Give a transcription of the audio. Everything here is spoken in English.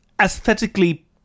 aesthetically